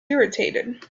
irritated